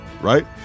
right